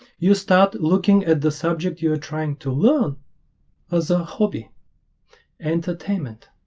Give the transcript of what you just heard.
you start looking at the subject you are trying to learn as a hobby entertainment